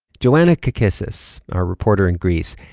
joanna kakissis, our reporter in greece,